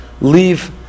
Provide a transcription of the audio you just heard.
leave